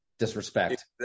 disrespect